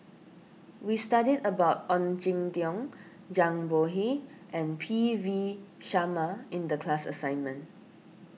we studied about Ong Jin Teong Zhang Bohe and P V Sharma in the class assignment